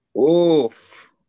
Oof